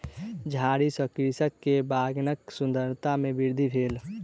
झाड़ी सॅ कृषक के बगानक सुंदरता में वृद्धि भेल